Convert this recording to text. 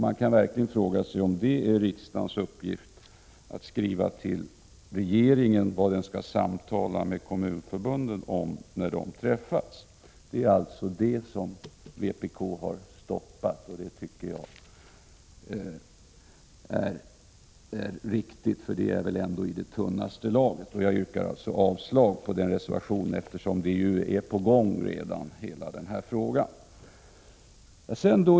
Man kan verkligen fråga sig om det är riksdagens uppgift att skriva till regeringen vad den skall samtala med kommunförbunden om. Det är alltså detta som vpk har stoppat. Det tycker jag är riktigt, för det är väl i tunnaste laget. Jag yrkar avslag på denna reservation, eftersom arbete redan är i gång i denna fråga.